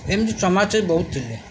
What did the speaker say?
ଏମିତି ସମାଜସେବୀ ବହୁତ ଥିଲେ